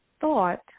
thought